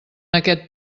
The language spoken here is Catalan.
aquest